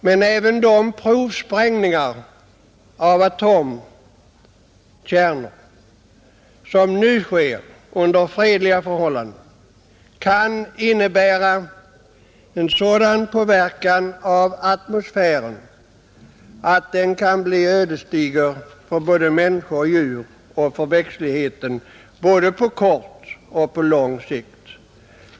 Men även de provsprängningar av atomkärnor som nu sker under fredliga förhållanden kan innebära en sådan påverkan av atmosfären som kan bli ödesdiger för såväl människor som djur och växtlighet — på både kort och lång sikt.